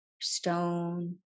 stone